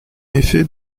effet